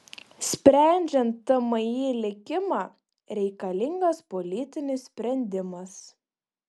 sprendžiant tmi likimą reikalingas politinis sprendimas